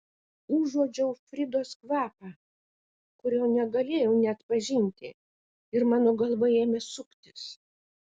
užuodžiau fridos kvapą kurio negalėjau neatpažinti ir mano galva ėmė suktis